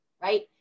right